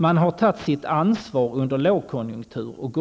Man har tagit sitt ansvar under lågkonjunktur och